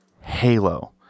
Halo